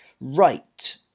Right